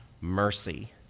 mercy